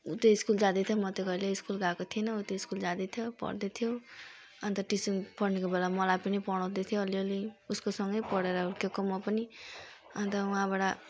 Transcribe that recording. ऊ त स्कुल जाँदैथियो म त कहिल्यै स्कुल गएको थिइनँ ऊ त स्कुल जाँदैथियो पढ्दै थियो अनि त ट्युसन पढ्नेको बेला मलाई पनि पढाउँदै थियो अलि अलि उसको सँगै पढेर हुर्केको म पनि अनि त वहाँबाट